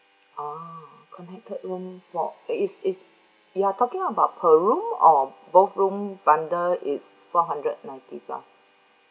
oh connected room for is is you're talking about per room or both room bundle is four hundred ninety plus